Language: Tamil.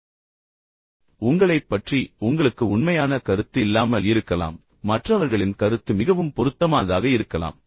சில நேரங்களில் உங்களைப் பற்றி உங்களுக்கு உண்மையான கருத்து இல்லாமல் இருக்கலாம் மற்றவர்கள் உங்களைப் பற்றி என்ன சொல்கிறார்கள் என்பது உங்களுக்கு மிகவும் பொருத்தமானதாக இருக்கலாம்